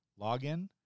login